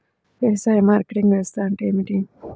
వ్యవసాయ మార్కెటింగ్ వ్యవస్థ అంటే ఏమిటి?